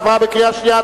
עברה בקריאה שנייה.